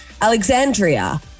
Alexandria